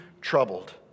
troubled